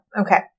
Okay